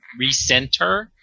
recenter